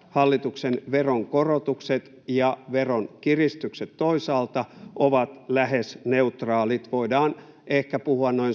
Kiuru — ja toisaalta veronkiristykset ovat lähes neutraalit. Voidaan ehkä puhua noin